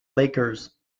lakers